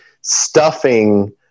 stuffing